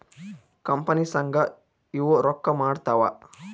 company ಸಂಘ ಇವು ರೊಕ್ಕ ಮಾಡ್ತಾವ